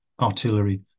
artillery